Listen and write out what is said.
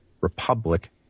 republic